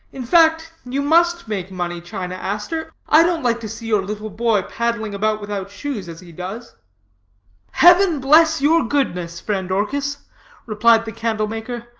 in fact, you must make money, china aster. i don't like to see your little boy paddling about without shoes, as he does heaven bless your goodness, friend orchis replied the candle-maker,